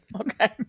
okay